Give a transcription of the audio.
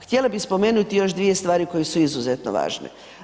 Htjela bih spomenuti još dvije stvari koje su izuzetno važne.